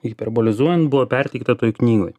hiperbolizuojan buvo perteikta toj knygoj